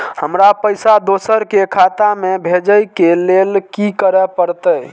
हमरा पैसा दोसर के खाता में भेजे के लेल की करे परते?